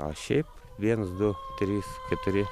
o šiaip viens du trys keturi